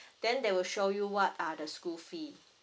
then they will show you what are the school fee